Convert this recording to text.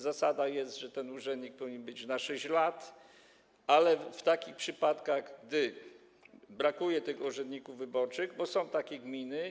Zasadą jest, że ten urzędnik powinien być powoływany na 6 lat, ale w takich przypadkach, gdy brakuje urzędników wyborczych, bo są takie gminy.